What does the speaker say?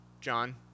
John